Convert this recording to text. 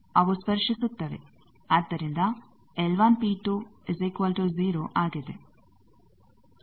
ಅವು ಸ್ಪರ್ಶಿಸುತ್ತವೆ ಆದ್ದರಿಂದ ಆಗಿದೆ